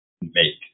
make